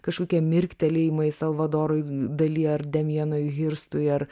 kažkokie mirktelėjimai salvadorui dali ar demienui hirstui ar